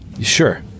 Sure